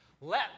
Let